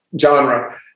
genre